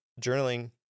journaling